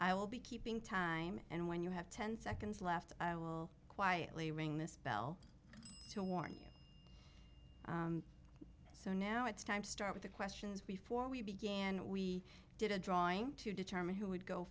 i will be keeping time and when you have ten seconds left i will quietly ring this bell to warn you so now it's time to start with the questions before we began we did a drawing to determine who would go